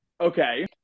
Okay